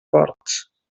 ports